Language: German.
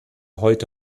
heute